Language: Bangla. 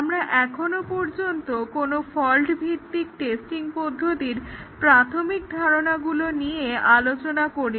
আমরা এখনো পর্যন্ত কোনো ফল্ট ভিত্তিক টেস্টিং পদ্ধতির প্রাথমিক ধারণাগুলো নিয়ে আলোচনা করিনি